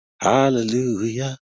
Hallelujah